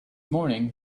morning